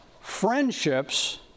friendships